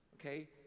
okay